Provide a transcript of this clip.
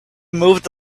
moved